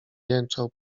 jęczał